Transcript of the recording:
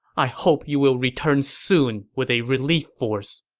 i hope you will return soon with a relief force.